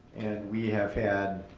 we have had